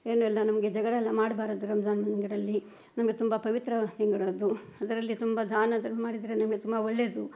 ಏನೆಲ್ಲ ನಮಗೆ ಜಗಳ ಎಲ್ಲ ಮಾಡ್ಬಾರ್ದು ರಂಜಾನ್ ತಿಂಗಳಲ್ಲಿ ನಮಗೆ ತುಂಬ ಪವಿತ್ರ ತಿಂಗಳದು ಅದರಲ್ಲಿ ತುಂಬ ದಾನ ಧರ್ಮ ಮಾಡಿದರೆ ನಮಗೆ ತುಂಬ ಒಳ್ಳೇದು